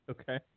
Okay